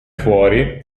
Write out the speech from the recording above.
fuori